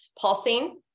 Pulsing